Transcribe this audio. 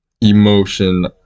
emotion